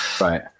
right